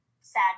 sad